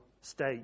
state